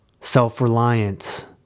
Self-reliance